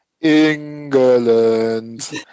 England